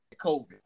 COVID